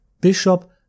Bishop